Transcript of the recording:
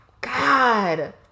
God